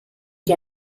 the